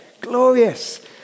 glorious